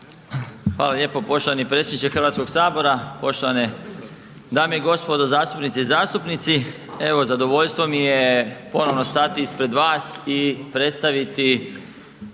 Hvala lijepo poštovani predsjedniče Hrvatskog sabora, poštovane dame i gospodo zastupnice i zastupnici. Evo zadovoljstvo mi je ponovno stati ispred vas i predstaviti